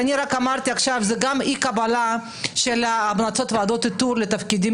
אמרתי שמדובר גם באי קבלת המלצות ועדות איתור לתפקידים